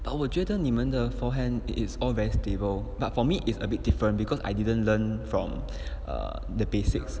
但我觉得你们的 forehand is all very stable but for me is a bit different because I didn't learn from uh the basics